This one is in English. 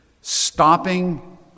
stopping